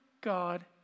God